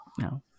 no